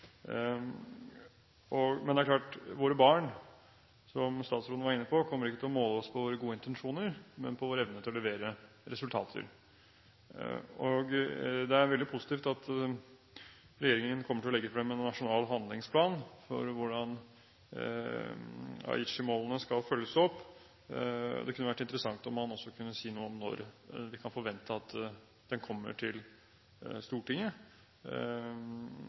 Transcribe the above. Men det er klart at våre barn, som statsråden var inne på, ikke kommer til å måle oss på våre gode intensjoner, men på vår evne til å levere resultater. Det er veldig positivt at regjeringen kommer til å legge frem en nasjonal handlingsplan for hvordan Aichi-målene skal følges opp. Det hadde vært interessant om han også kunne si noe om når vi kan forvente at den kommer til Stortinget.